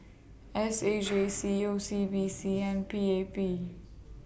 S A J C O C B C and P A P